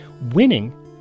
Winning